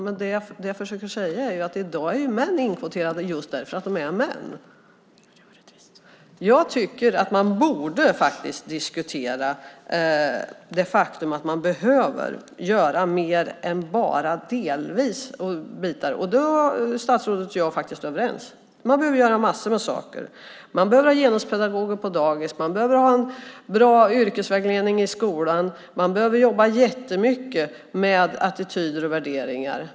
Men det jag försöker säga är att i dag är män inkvoterade just därför att de är män. Jag tycker att man borde diskutera det faktum att man behöver göra mer än att bara se till delar. Där är statsrådet och jag faktiskt överens. Man behöver göra massor med saker. Man behöver ha genuspedagoger på dagis. Man behöver ha en bra yrkesvägledning i skolan. Man behöver jobba jättemycket med attityder och värderingar.